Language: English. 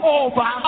over